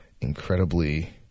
incredibly